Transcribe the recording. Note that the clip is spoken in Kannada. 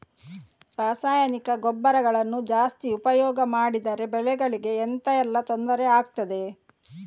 ರಾಸಾಯನಿಕ ಗೊಬ್ಬರಗಳನ್ನು ಜಾಸ್ತಿ ಉಪಯೋಗ ಮಾಡಿದರೆ ಬೆಳೆಗಳಿಗೆ ಎಂತ ಎಲ್ಲಾ ತೊಂದ್ರೆ ಆಗ್ತದೆ?